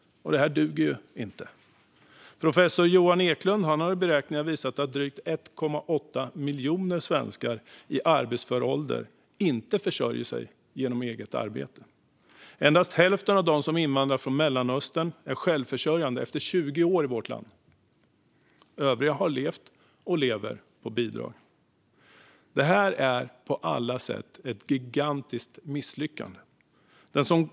Detta duger inte. Professor Johan Eklund har i beräkningar visat att drygt 1,8 miljoner svenskar i arbetsför ålder inte försörjer sig genom eget arbete. Endast hälften av dem som invandrat från Mellanöstern är självförsörjande efter 20 år i vårt land. Övriga har levt och lever på bidrag. Detta är på alla sätt ett gigantiskt misslyckande.